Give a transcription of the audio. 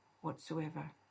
whatsoever